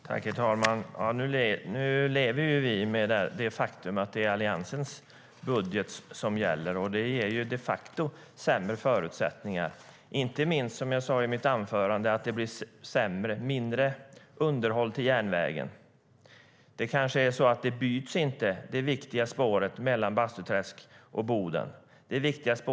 Herr talman! Nu lever vi med det faktum att det är Alliansens budget som gäller. Det ger de facto sämre förutsättningar. Inte minst blir det, som jag sa i mitt anförande, mindre underhåll till järnvägen. Det viktiga spåret mellan Bastuträsk och Boden kanske inte byts.